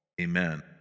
Amen